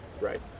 Right